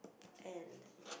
and